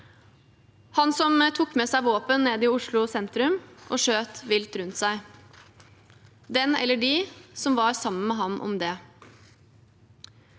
han som tok med seg våpen ned i Oslo sentrum og skjøt vilt rundt seg, og den eller dem som var sammen med ham om det.